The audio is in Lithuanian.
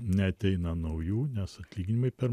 neateina naujų nes atlyginimai per